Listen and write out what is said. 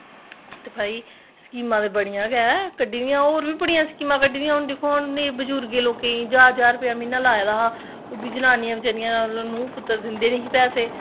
भाई स्कीमां ते बड़ियां गै कड्डी दियां होर बी बड़ियां स्कीमां कड्ढी दियां हून दित्खुआं बजुर्गें लोकें गी ज्हार ज्हार रपेआ म्हीना लाए दा हा ओह्बी जनानियां बचैरियां नूंह् पुत्तर दिंदे गै नेईं हे पैसे